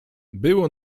było